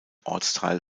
ortsteil